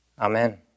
Amen